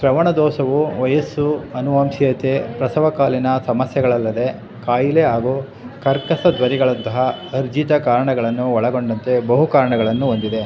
ಶ್ರವಣ ದೋಷವು ವಯಸ್ಸು ಅನುವಂಶೀಯತೆ ಪ್ರಸವಕಾಲೀನ ಸಮಸ್ಯೆಗಳಲ್ಲದೆ ಕಾಯಿಲೆ ಹಾಗು ಕರ್ಕಶ ಧ್ವನಿಗಳಂತಹ ಅರ್ಜಿತ ಕಾರಣಗಳನ್ನು ಒಳಗೊಂಡಂತೆ ಬಹು ಕಾರಣಗಳನ್ನು ಹೊಂದಿದೆ